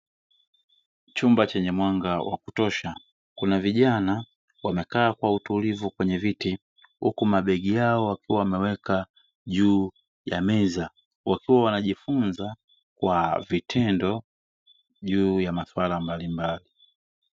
Chumba chenye mwanga wa kutosha, kuna vijana wamekaa kwa utulivu kwenye viti, huku mabegi yao wakiwa wameweka juu ya meza wakiwa wanajifunza kwa vitendo, juu ya maswala mbalimbali.